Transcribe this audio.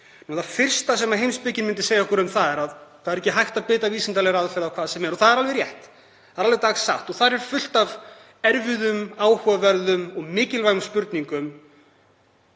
Það fyrsta sem heimspekin myndi segja okkur um það er að það er ekki hægt að beita vísindalegri aðferð á hvað sem er. Og það er alveg rétt, það er alveg dagsatt og þar er fullt af erfiðum, áhugaverðum og mikilvægum spurningum